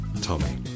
Tommy